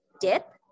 dip